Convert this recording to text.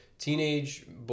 teenage